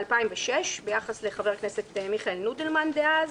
ב-2006 ביחס לחבר הכנסת מיכאל נודלמן דאז.